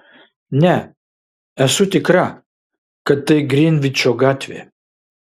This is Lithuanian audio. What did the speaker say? ne esu tikra kad tai grinvičo gatvė